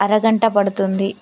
అరగంట పడుతుంది